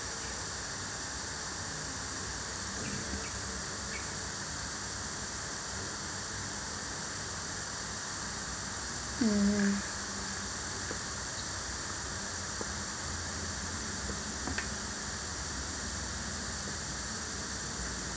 mmhmm